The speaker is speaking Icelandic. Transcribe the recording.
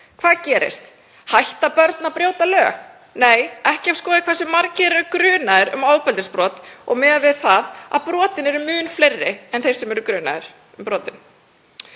Hvað gerist? Hætta börn að brjóta lög? Nei, ekki ef skoðað er hversu margir eru grunaðir um ofbeldisbrot og miðað við það að brotin eru mun fleiri en þeir sem eru grunaðir um brotin.